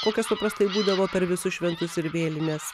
kokios paprastai būdavo per visus šventus ir vėlines